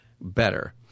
better